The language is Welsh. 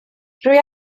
rwy